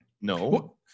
no